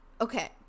okay